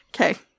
Okay